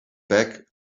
back